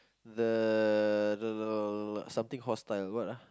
the the something hostile what ah